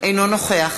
אינו נוכח